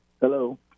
Hello